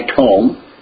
home